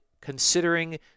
considering